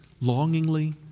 longingly